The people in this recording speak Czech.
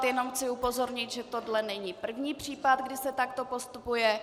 Jenom chci upozornit, že tohle není první případ, kdy se takto postupuje.